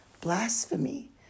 blasphemy